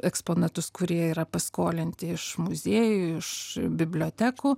eksponatus kurie yra paskolinti iš muziejų iš bibliotekų